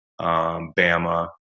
Bama